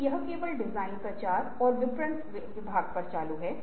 इस तथ्य के बावजूद कि हमें पहले से ही एक समाधान मिल गया है